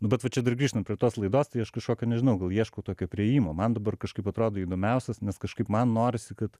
nu bet va čia dar grįžtant prie tos laidos tai aš kažkokio nežinau gal ieško tokio priėjimo man dabar kažkaip atrado įdomiausias nes kažkaip man norisi kad